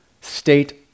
state